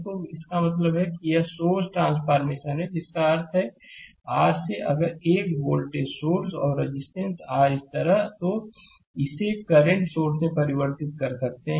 तो इसका मतलब है यह सोर्स ट्रांसफॉरमेशन है जिसका अर्थ है r से अगर एक वोल्टेज सोर्स और रेजिस्टेंस r इस तरह है तो इसे करंट सोर्स में परिवर्तित कर सकते हैं